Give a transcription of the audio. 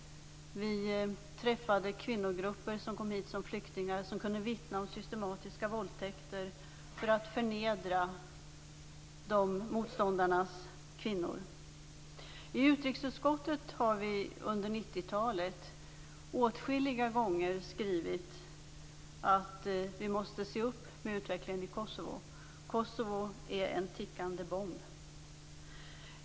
Vi träffade kvinnogrupper som kom hit som flyktingar som kunde vittna om systematiska våldtäkter för att man skulle förnedra motståndarnas kvinnor. I utrikesutskottet har vi under 1990-talet åtskilliga gånger skrivit att vi måste se upp med utvecklingen i Kosovo: Kosovo är en tickande bomb.